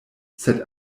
sed